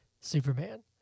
Superman